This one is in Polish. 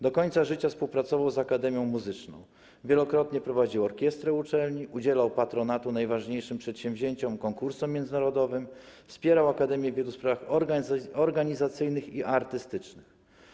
Do końca życia współpracował z Akademią Muzyczną, wielokrotnie prowadził orkiestrę uczelni, udzielał patronatu najważniejszym przedsięwzięciom - konkursom międzynarodowym, wspierał akademię w wielu sprawach organizacyjnych i artystycznych.